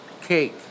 cake